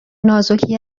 نازکی